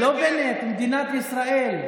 לא בנט, מדינת ישראל.